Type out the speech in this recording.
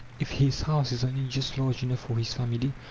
if his house is only just large enough for his family,